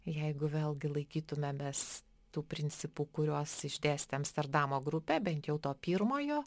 jeigu vėlgi laikytumėmės tų principų kuriuos išdėstė amsterdamo grupė bent jau to pirmojo